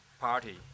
Party